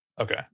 Okay